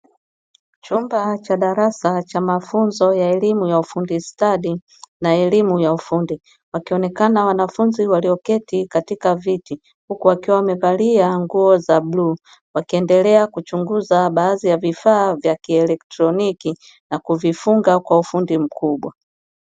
Chumba cha darasa cha mafunzo ya elimu ya ufundi stadi na elimu ya ufundi, wakionekana wanafunzi wameketi katika viti huku wakiwa wamevalia nguo za buluu wakiendelea kuchunguza baadhi ya vifaa vya kielektroniki na kuvifunga kwa ufundi mkubwa.